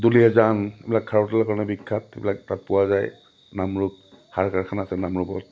দুলীয়াজান এইবিলাক খাৰুৱা তেলৰ কাৰণে বিখ্যাত এইবিলাক তাত পোৱা যায় নামৰূপ সাৰ কাৰখানা আছে নামৰূপত